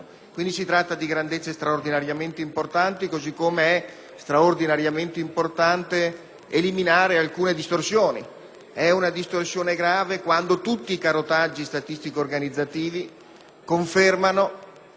quindi di grandezze straordinariamente importanti, così come è straordinariamente importante eliminare alcune distorsioni. È una distorsione grave quando tutti i carotaggi statistico-organizzativi confermano